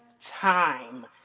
time